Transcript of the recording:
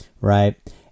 right